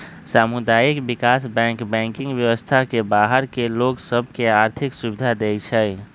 सामुदायिक विकास bank banking व्यवस्था से बाहर के लोग सभ के आर्थिक सुभिधा देँइ छै